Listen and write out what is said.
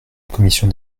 commission